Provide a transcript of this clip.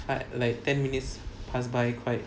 but like ten minutes passed by quite